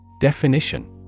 Definition